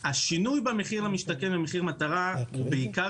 השינוי במחיר למשתכן ובמחיר מטרה קרה בעיקר